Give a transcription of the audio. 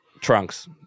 Trunks